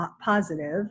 positive